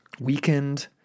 weakened